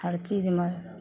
हर चीजमे